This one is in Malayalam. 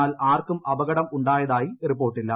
എന്നാൽ ആർക്കും അപകടമുണ്ടാതായി റിപ്പോർട്ടില്ല